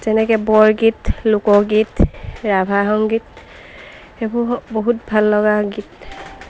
যেনেকৈ বৰগীত লোকগীত ৰাভা সংগীত সেইবোৰ বহুত ভাল লগা গীত